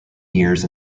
years